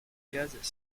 gaz